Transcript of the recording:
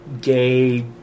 gay